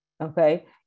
Okay